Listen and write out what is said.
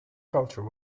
culture